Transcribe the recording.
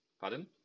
Pardon